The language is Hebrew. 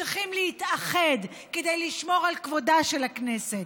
צריכים להתאחד כדי לשמור על כבודה של הכנסת,